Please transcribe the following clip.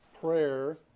Prayer